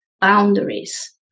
boundaries